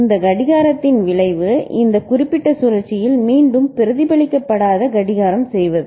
இந்த கடிகாரத்தின் விளைவு இந்த குறிப்பிட்ட சுழற்சியில் மீண்டும் பிரதிபலிக்கப்படாத கடிகாரம் செய்வது